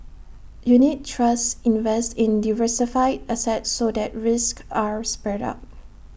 unit trusts invest in diversified assets so that risks are spread out